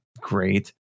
Great